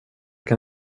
kan